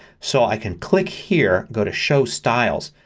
so i can click here, go to show styles.